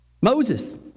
Moses